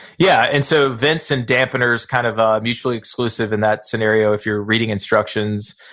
yeah, and so, vents and dampeners kind of are mutually exclusive in that scenario if you're reading instructions.